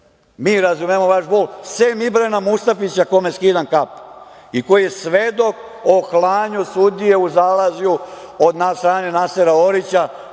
mi razumemo vaš bol, sem Ibrana Mustafića, kome skidam kapu i koji je svedok o klanju sudije u Zaleđu od strane Nasera Orića